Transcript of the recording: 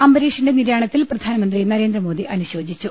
അംബരീഷിന്റെ നിര്യാണത്തിൽ പ്രധാനമന്ത്രി നരേന്ദ്രമോദി അനു ശോചിച്ചു